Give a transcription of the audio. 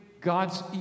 God's